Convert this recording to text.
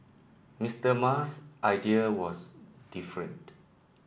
Mister Musk's idea was different